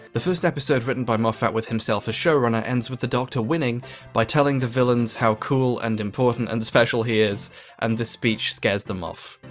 the first episode written by moffat with himself as showrunner ends with the doctor winning by telling the villains how cool and important and special he is and the speech scares them off.